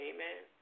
Amen